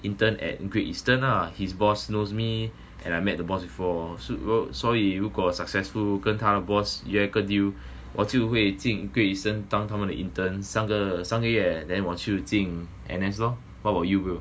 intern at Great Eastern ah his boss knows me and I met the boss also so 所以如果 successful 跟他的 boss 约个 deal 我就会进 Great Eastern 当他们的 intern 三个三个月 and then 我就进 N_S lor what about you bro